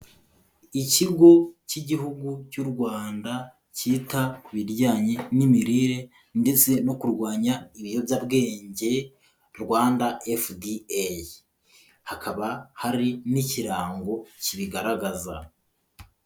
Ikigo cy'Igihugu cy'u Rwanda cyita ku bijyanye n'imirire ndetse no kurwanya ibiyobyabwenge Rwanda FDA, hakaba hari n'ikirango kibigaragaza.